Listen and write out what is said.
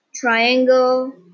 triangle